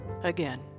again